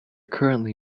currently